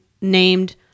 named